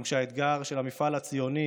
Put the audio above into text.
גם האתגר של המפעל הציוני